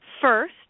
first